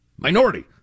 Minority